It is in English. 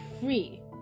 free